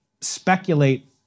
speculate